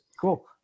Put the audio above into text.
Cool